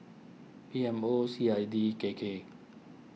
P M O C I D K K